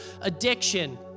addiction